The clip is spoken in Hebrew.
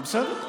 בסדר.